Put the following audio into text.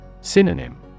Synonym